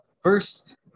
first